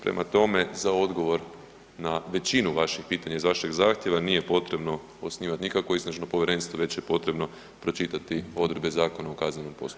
Prema tome za odgovor na većinu vaših pitanja iz vašeg zahtjeva nije potrebno osnivati nikakvo istražno povjerenstvo već je potrebno pročitati odredbe Zakona o kaznenom postupku.